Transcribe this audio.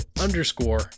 underscore